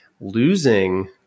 losing